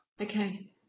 Okay